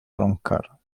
roncar